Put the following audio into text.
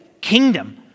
Kingdom